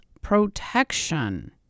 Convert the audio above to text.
protection